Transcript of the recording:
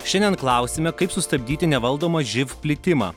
šiandien klausime kaip sustabdyti nevaldomą živ plitimą